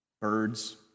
birds